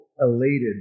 elated